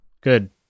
Good